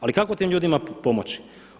Ali kako tim ljudima pomoći?